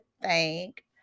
thank